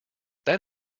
that